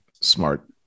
smart